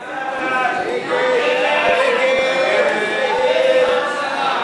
הודעת ראש הממשלה